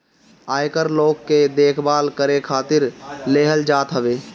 आयकर लोग के देखभाल करे खातिर लेहल जात हवे